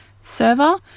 server